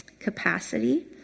capacity